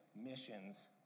missions